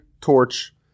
Torch